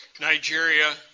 Nigeria